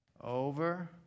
Over